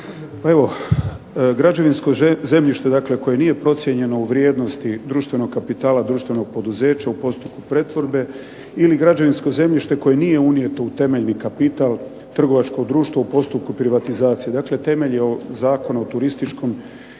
kolege. Građevinsko zemljište koje nije procijenjeno u vrijednosti društvenog kapitala društvenog poduzeća u postupku pretvorbe ili građevinsko zemljište koje nije unijeto u temeljni kapital trgovačkog društva u postupku privatizacije temelj je Zakona o turističkom